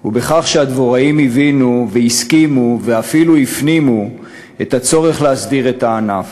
הוא בכך שהדבוראים הבינו והסכימו ואפילו הפנימו את הצורך בהסדרת הענף.